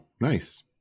nice